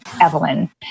Evelyn